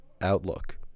outlook